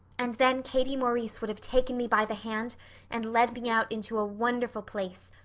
and then katie maurice would have taken me by the hand and led me out into a wonderful place,